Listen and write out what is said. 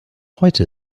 heute